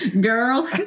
girl